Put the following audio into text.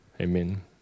Amen